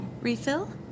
Refill